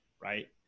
right